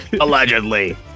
allegedly